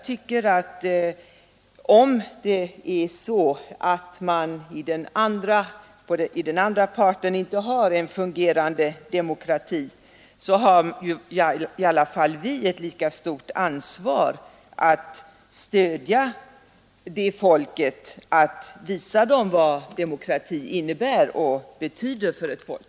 Även om den andra parten inte har en fungerande demokrati, har vi ändå ett lika stort ansvar att stödja den, att visa den vad demokrati innebär och betyder för ett folk.